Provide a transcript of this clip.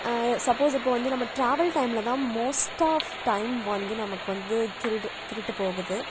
suppose இப்போ வந்து நம்ம ட்ராவல் டைமில் தான் மோஸ்ட்டாஃப் டைம் வந்து நமக்கு வந்து திருடு திருட்டு போகுது